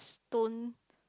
don't